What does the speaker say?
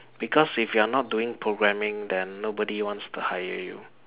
because if you're not doing programming then nobody wants to hire you